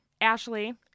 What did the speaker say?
Ashley